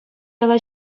яла